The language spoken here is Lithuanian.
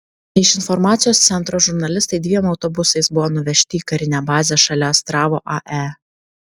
iš informacijos centro žurnalistai dviem autobusais buvo nuvežti į karinę bazę šalia astravo ae